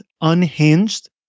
unhinged